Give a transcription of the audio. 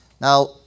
Now